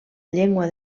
llengua